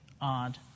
odd